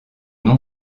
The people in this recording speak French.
nom